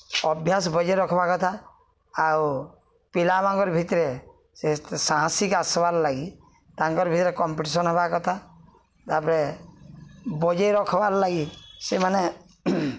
ଅଭ୍ୟାସ୍ ବଜେଇ ରଖ୍ବା କଥା ଆଉ ପିଲାମାନଙ୍କର୍ ଭିତ୍ରେ ସେ ସାହସିକ୍ ଆସ୍ବାର୍ ଲାଗି ତାଙ୍କର୍ ଭିତ୍ରେ କମ୍ପିଟିସନ୍ ହେବା କଥା ତା'ପରେ ବଜେଇ ରଖ୍ବାର୍ ଲାଗି ସେମାନେ